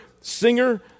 singer